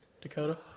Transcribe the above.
Dakota